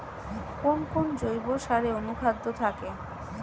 কোন কোন জৈব সারে অনুখাদ্য থাকে?